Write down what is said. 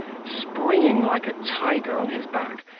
springing like a tiger on his back,